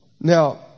Now